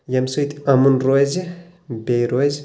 یمہِ سۭتۍ امُن روزِ بییٚہِ روز